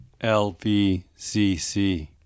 LVCC